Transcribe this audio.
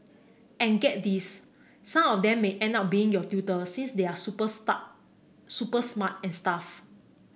and get this some of them may end up being your tutor since they're super star super smart and stuff